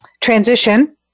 transition